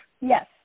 Yes